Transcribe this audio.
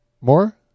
More